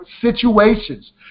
situations